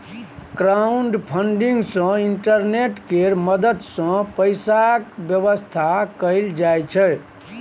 crowdfunding सँ internet केर मदद सँ पैसाक बेबस्था कएल जाइ छै